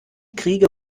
kriege